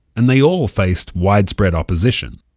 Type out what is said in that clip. and they all faced widespread opposition